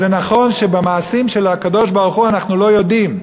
אז זה נכון שבמעשים של הקדוש-ברוך-הוא אנחנו לא יודעים,